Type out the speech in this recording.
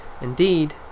Indeed